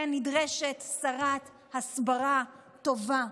כן, נדרשת שרת הסברה טובה.